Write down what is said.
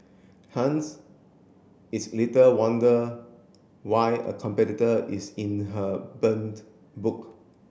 hence it's little wonder why a competitor is in her burned book